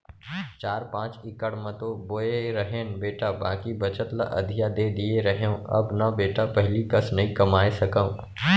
चार पॉंच इकड़ म तो बोए रहेन बेटा बाकी बचत ल अधिया दे दिए रहेंव अब न बेटा पहिली कस नइ कमाए सकव